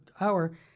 hour